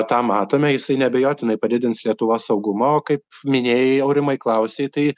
tą matome ir jisai neabejotinai padidins lietuvos saugumą o kaip minėjai aurimai klausei tai